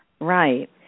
right